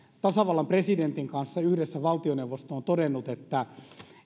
tasavallan presidentin kanssa yhdessä valtioneuvosto on todennut että